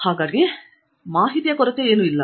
ಹಾಗಾಗಿ ಈಗ ನಿಜವಾಗಿಯೂ ಮಾಹಿತಿಯ ಕೊರತೆಯಿಲ್ಲ